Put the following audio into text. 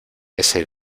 ese